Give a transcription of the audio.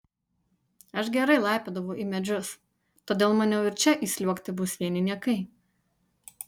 aš gerai laipiodavau į medžius todėl maniau ir čia įsliuogti bus vieni niekai